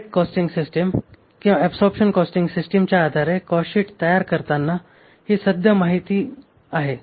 direct costing system किंवा absorption costing सिस्टीमच्या आधारे कॉस्टशीट तयार करताना ही सद्य माहिती आहे